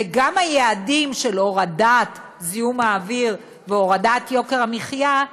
והיעדים של הורדת זיהום האוויר והורדת יוקר המחיה,